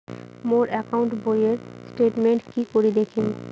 মোর account বইয়ের statement কি করি দেখিম?